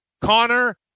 Connor